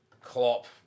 Klopp